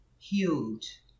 huge